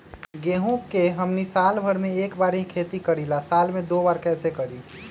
गेंहू के हमनी साल भर मे एक बार ही खेती करीला साल में दो बार कैसे करी?